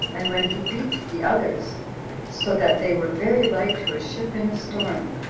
and when he beat the others so that they were very like to a ship in a storm,